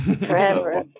forever